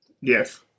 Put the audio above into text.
yes